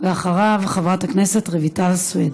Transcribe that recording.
אחריו, חברת הכנסת רויטל סויד.